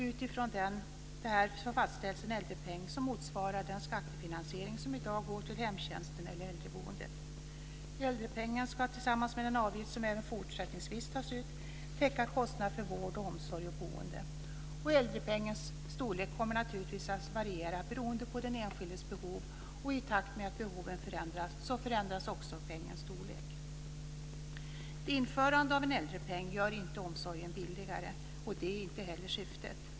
Utifrån detta fastställs en äldrepeng som motsvarar den skattefinansiering som i dag går till hemtjänsten eller äldreboendet. Äldrepengen ska, tillsammans med den avgift som även fortsättningsvis tas ut, täcka kostnader för vård, omsorg och boende. Äldrepengens storlek kommer naturligtvis att variera beroende på den enskildes behov, och i takt med att behoven förändras förändras också pengens storlek. Införandet av en äldrepeng gör inte omsorgen billigare, och det är inte heller syftet.